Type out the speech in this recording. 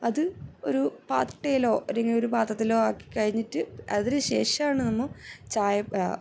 അത് ഒരു പാട്ടയിലോ അല്ലെങ്കിൽ ഒരു പാത്രത്തിലോ ആക്കി കഴിഞ്ഞിട്ട് അതിന് ശേഷമാണ് നമ്മൾ ചായ